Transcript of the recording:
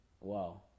Wow